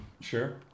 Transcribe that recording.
Sure